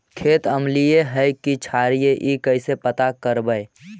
खेत अमलिए है कि क्षारिए इ कैसे पता करबै?